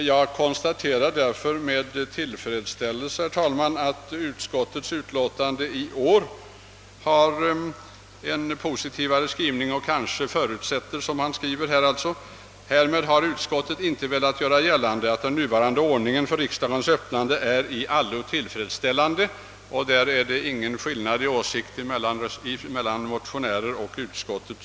Jag konstaterar med tillfredsställelse att utskottets skrivning i år är positivare. I utlåtandet heter det: »Härmed har utskottet inte velat göra gällande, att den nuvarande ordningen för riksdagens öppnande är i allo tillfredsställande.» Därvidlag föreligger det alltså ingen skillnad i uppfattning mellan motionärerna och utskottet.